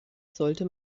sollte